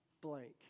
blank